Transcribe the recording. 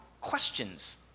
questions